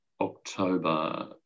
October